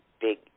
big